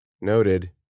Noted